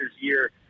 year